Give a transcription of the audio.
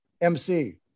MC